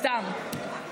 סתם.